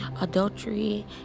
adultery